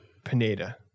Pineda